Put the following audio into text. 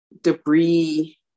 debris